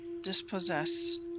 dispossess